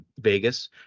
Vegas